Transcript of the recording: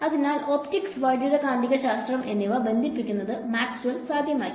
അതിനാൽ ഒപ്റ്റിക്സ് വൈദ്യുതകാന്തികശാസ്ത്രം എന്നിവ ബന്ധിപ്പിക്കുന്നത് മാക്സ്വെൽ സാധ്യമാക്കി